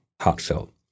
heartfelt